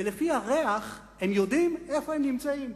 ולפי הריח הם יודעים איפה הם נמצאים: